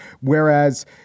Whereas